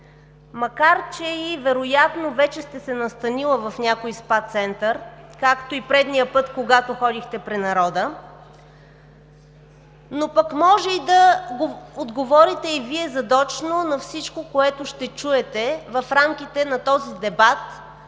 макар че вероятно вече сте се настанила в някой спа център, както и предния път, когато ходихте при народа. Но можете да отговорите и Вие задочно на всичко, което ще чуете в рамките на този дебат